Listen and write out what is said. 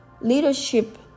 leadership